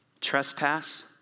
trespass